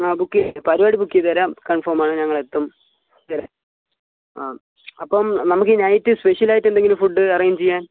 ആ ബുക്ക് ചെയ്യ് പരിപാടി ബുക്ക് ചെയ്തുതരാം കൺഫേം ആണ് ഞങ്ങൾ എത്തും ഓക്കെ ആ അപ്പം നമുക്ക് ഈ നൈറ്റ് സ്പെഷ്യൽ ആയിട്ട് എന്തെങ്കിലും ഫുഡ് അറേഞ്ച് ചെയ്യാൻ